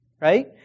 right